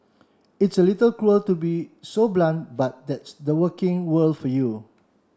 it's a little cruel to be so blunt but that's the working world for you